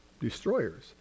destroyers